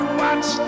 watch